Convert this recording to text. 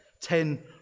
ten